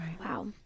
wow